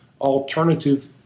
alternative